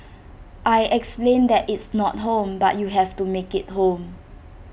I explained that it's not home but you have to make IT home